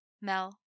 Mel